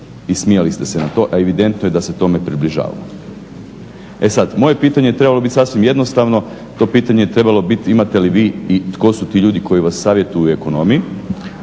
i smijali ste se na to a evidentno je da se tome približavamo. E sada, moje pitanje je trebalo biti sasvim jednostavno, to pitanje je trebalo biti imate li vi i tko su ti ljudi koji vas savjetuju u ekonomiji